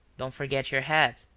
don't forget your hat.